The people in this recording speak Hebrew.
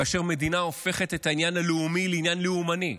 כאשר מדינה הופכת את העניין הלאומי לעניין לאומני,